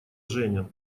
женя